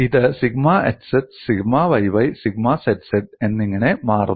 ഇത് sigma xx sigma yy sigma zz എന്നിങ്ങനെ മാറുന്നു